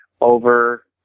over